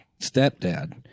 stepdad